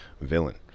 villain